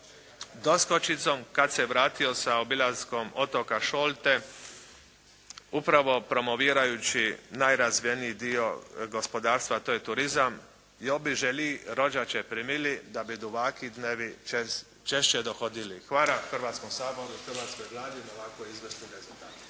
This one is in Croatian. doskočicom kad se vratio sa obilaska otoka Šolte, upravo promovirajući najrazvijeniji dio gospodarstva a to je turizam. "Jo bi želi rođače premili da bi du ovaki dnevi češće dohodili." Hvala Hrvatskom saboru i hrvatskoj Vladi na ovako izvrsnim rezultatima.